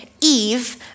Eve